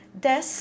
DES